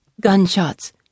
Gunshots-